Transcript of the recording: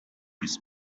his